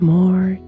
more